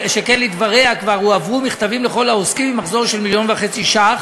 שכן לדבריה כבר הועברו מכתבים לכל העוסקים במחזור של 1.5 מיליון ש"ח